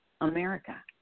America